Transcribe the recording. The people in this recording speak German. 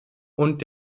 und